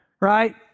right